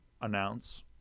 announce